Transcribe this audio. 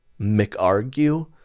McArgue